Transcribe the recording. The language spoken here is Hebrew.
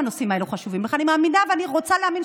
אתם ממשלה לא רק של מנותקים, של נוכלים ושל